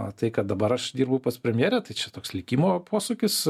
o tai kad dabar aš dirbu pas premjerę tai čia toks likimo posūkis